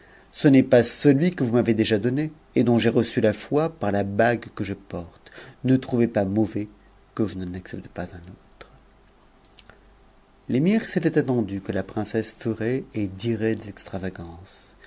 ce n'est pas celui que vous m'avez déjà donné et dont j'ai reçu la foi par la bague que je porte ne trouvez pas mauvais que je n'en accepte pas un autre l'émir s'était attendu que la princesse ferait et dirait des extravagance